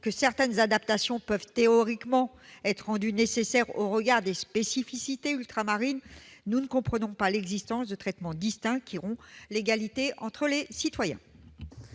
que certaines adaptations peuvent théoriquement être rendues nécessaires au regard des spécificités ultramarines, nous n'acceptons pas ces différences de traitement qui rompent l'égalité entre les citoyens.